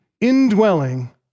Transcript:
indwelling